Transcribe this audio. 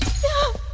so